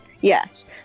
yes